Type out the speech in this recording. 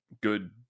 good